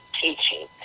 teaching